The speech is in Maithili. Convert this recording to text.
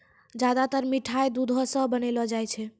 ज्यादातर मिठाय दुधो सॅ बनौलो जाय छै